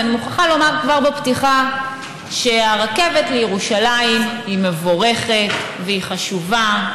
אז אני מוכרחה לומר כבר בפתיחה שהרכבת לירושלים היא מבורכת והיא חשובה,